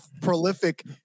prolific